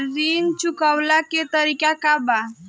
ऋण चुकव्ला के तरीका का बा?